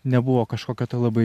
nebuvo kažkokio tai labai